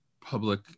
public